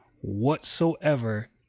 whatsoever